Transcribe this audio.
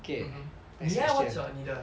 mmhmm 你 eh what's your 你的